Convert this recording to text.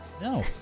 no